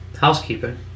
Housekeeping